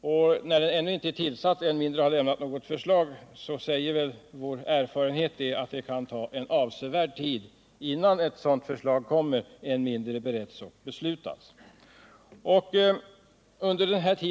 När utredningen ännu inte är tillsatt och än mindre har lämnat något förslag, så säger vår erfarenhet att det kan ta avsevärd tid innan ett sådant förslag kommer och än mer innan det beretts och blivit föremål för beslut.